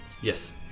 Yes